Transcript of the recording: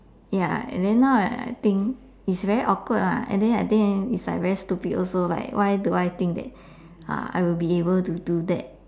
ya and then now I I think it's very awkward lah and then I think it's like very stupid also like why do I think that uh I will be able to do that